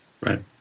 Right